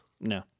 No